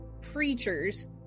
creatures